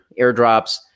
airdrops